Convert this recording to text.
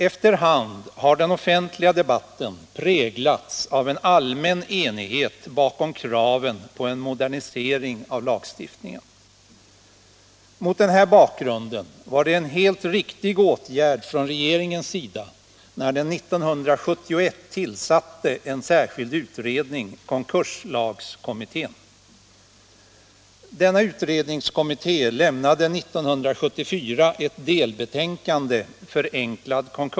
Efter hand har den offentliga debatten präglats av en allmän enighet bakom kraven på en modernisering av lagstiftningen. Mot den här bakgrunden var det en helt riktig åtgärd från regeringens sida när den 1971 tillsatte en särskild utredning, konkurslagskommittén.